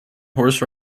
horse